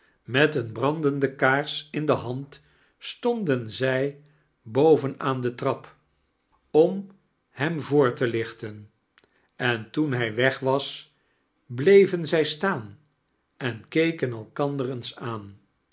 miet eene brandende kaars in de hand stonden zij bowen aan de trap om hem voor te lichten en teen hij weg was bleven zij staan en kekem elkander eens aan